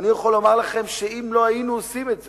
אני יכול לומר לכם שאם לא היינו עושים את זה,